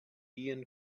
ian